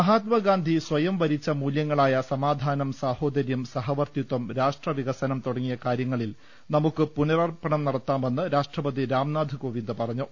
മഹാത്മാഗാന്ധി സ്വയം വരിച്ച മൂല്യങ്ങളായ സമാധാനം സാഹോദരൃം സഹവർത്തിത്വം രാഷ്ട്രവികസനം തുടങ്ങിയ കാര്യങ്ങളിൽ നമുക്ക് പുനരർപ്പണം നടത്താമെന്ന് രാഷ്ട്രപതി രാംനാഥ് കോവിന്ദ് പറഞ്ഞു